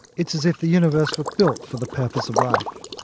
it's as if the universe were built for the purpose of life.